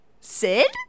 Sid